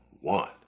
one